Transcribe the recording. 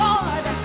Lord